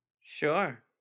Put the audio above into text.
Sure